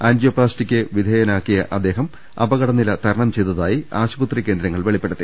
ആൻജിയോപ്ലാസ്റ്റിക്ക് വിധേയനായ അദ്ദേഹം അപകടനില തരണം ചെയ്തതായി ആശുപത്രി കേന്ദ്രങ്ങൾ വെളി പ്പെടുത്തി